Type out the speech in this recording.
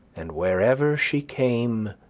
and wherever she came